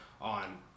on